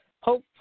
hope